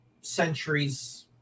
centuries